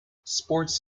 sports